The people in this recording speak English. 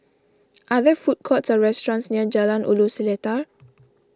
are there food courts or restaurants near Jalan Ulu Seletar